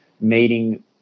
meeting